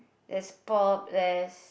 there's pop there's